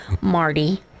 Marty